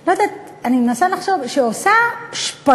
אני לא יודעת, אני מנסה לחשוב, שעושה שפגאט,